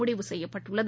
முடிவு செய்யப்பட்டுள்ளது